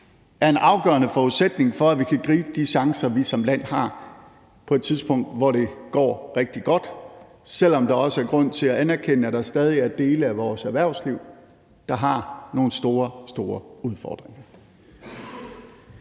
er en afgørende forudsætning for, at vi kan gribe de chancer, vi som land har, på et tidspunkt hvor det går rigtig godt, selv om der også er grund til at anerkende, at der stadig er dele af vores erhvervsliv, der har nogle store, store udfordringer.